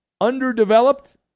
underdeveloped